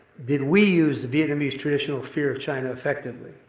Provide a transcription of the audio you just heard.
did we use the vietnamese traditional fear of china effectively?